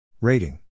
Rating